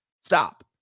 Stop